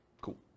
Cool